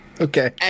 Okay